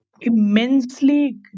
immensely